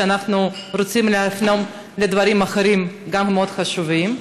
שאנחנו רוצים להפנות לדברים אחרים גם מאוד חשובים.